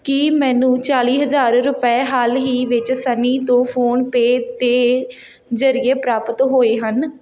ਕੀ ਮੈਨੂੰ ਚਾਲ਼ੀ ਹਜ਼ਾਰ ਰੁਪਏ ਹਾਲ ਹੀ ਵਿੱਚ ਸਨੀ ਤੋਂ ਫ਼ੋਨਪੇ 'ਤੇ ਜ਼ਰੀਏ ਪ੍ਰਾਪਤ ਹੋਏ ਹਨ